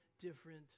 different